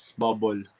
bubble